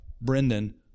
Brendan